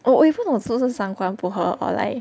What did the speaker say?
oh 我也不懂是不是三观不合 or like